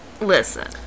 listen